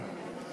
עפו.